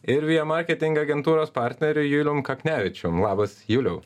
ir via marketing agentūros partneriu julium kaknevičium labas juliau